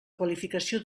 qualificació